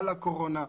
על הקורונה.